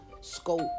scope